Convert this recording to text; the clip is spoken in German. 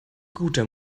guter